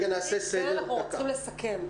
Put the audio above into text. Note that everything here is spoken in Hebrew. נעשה סדר.